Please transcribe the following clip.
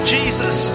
Jesus